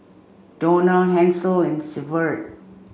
Dawna Hansel and Severt